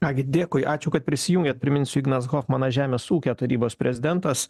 ką gi dėkui ačiū kad prisijungėt priminsiu ignas hofmanas žemės ūkio tarybos prezidentas